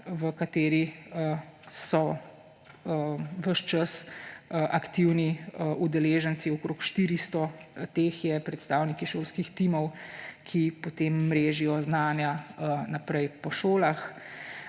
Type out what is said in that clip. v kateri so ves čas aktivni udeleženci, okoli 400 teh je, predstavniki šolskih timov, ki potem mrežijo znanja naprej po šolah.